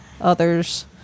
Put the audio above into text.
others